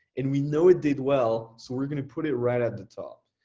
and we know it did well. so we're gonna put it right at the top.